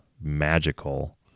magical